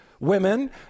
women